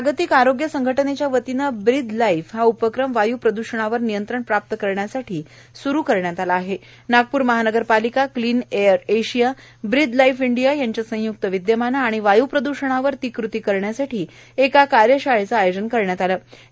जागतिक आरोग्य संघटनष्टया वतीनं ब्रीद लाइफ हा उपक्रम वायू प्रद्षणावर नियंत्रण प्राप्त करण्यासाठी स्रू करण्यात आला आह नागपूर महानगरपालिका clean air Asia breathe life India यांच्या संयुक्त विदयमानं आणि वायुप्रद्षणावर ती कृती करण्यासाठी एका कार्यशाळळं आयोजन करण्यात आलं होतं